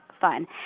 fun